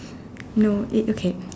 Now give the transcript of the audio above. no it okay